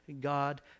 God